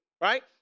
right